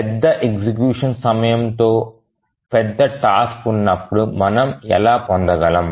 పెద్ద ఎగ్జిక్యూషన్ సమయంతో పెద్ద టాస్క్ ఉన్నప్పుడు మనం ఎలా పొందగలం